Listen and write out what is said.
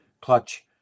clutch